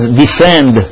descend